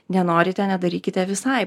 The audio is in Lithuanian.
nenorite nedarykite visai